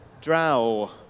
drow